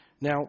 Now